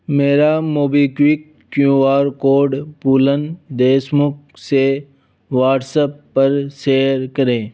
मेरा MobiKwik QR code Phoolan Deshmukh से WhatsApp पर शेयर करें